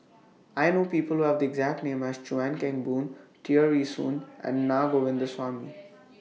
I know People Who Have The exact name as Chuan Keng Boon Tear Ee Soon and Na Govindasamy